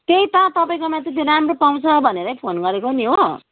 त्यही त तपाईँकोमा चाहिँ त्यो राम्रो पाउँछ भनेरै फोन गरेको नि हो